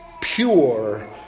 pure